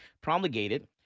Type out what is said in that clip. promulgated